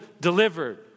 delivered